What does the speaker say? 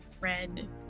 red